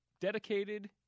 dedicated